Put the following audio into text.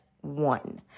one